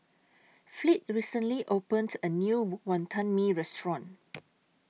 Fleet recently opened A New Wonton Mee Restaurant